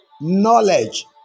knowledge